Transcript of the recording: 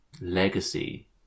legacy